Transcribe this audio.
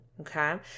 okay